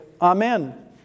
Amen